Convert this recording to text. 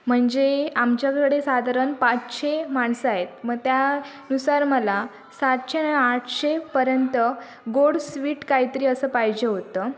म्हणजे आमच्याकडे साधारण पाचशे माणसं आहेत मग त्या नुसार मला सातशे नं आठशेपर्यंत गोड स्वीट काहीतरी असं पाहिजे होतं